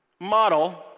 model